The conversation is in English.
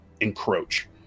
encroach